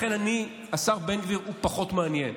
השר בן גביר פחות מעניין.